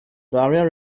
daria